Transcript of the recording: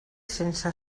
sense